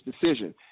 decision